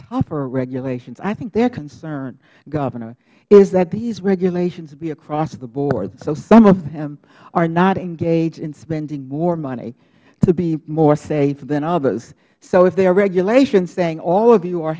tougher regulations i think their concern governor is that these regulations be across the board so some of them are not engaged in spending more money to be more safe than others so if there are regulations saying all of you are